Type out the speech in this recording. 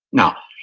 now,